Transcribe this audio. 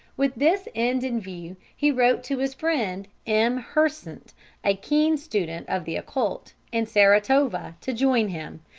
with this end in view he wrote to his friend m. hersant a keen student of the occult in saratova, to join him,